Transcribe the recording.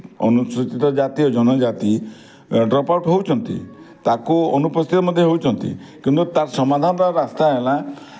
ଅନୁସୂଚିତ ଜାତି ଓ ଜନଜାତି ଡ୍ରପ୍ ଆଉଟ୍ ହେଉଛନ୍ତି ତାକୁ ଅନୁପସ୍ଥିତ ମଧ୍ୟ ହେଉଛନ୍ତି କିନ୍ତୁ ତାର ସମାଧାନର ରାସ୍ତା ହେଲା